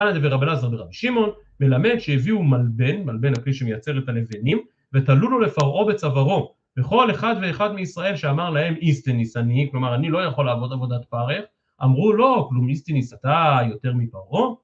רבי אלעזר ברבי שמעון מלמד שהביאו מלבן, מלבן הכלי שמייצר את הלבנים, ותלו לו לפרעה בצווארו. וכל אחד ואחד מישראל שאמר להם: איסטניס אני, כלומר אני לא יכול לעבוד עבודת פרך, אמרו לו: כלום איסטניס אתה יותר מפרעה?